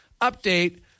update